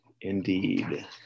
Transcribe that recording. indeed